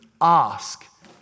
ask